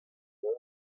very